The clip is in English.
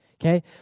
okay